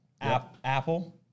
apple